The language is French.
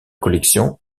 collection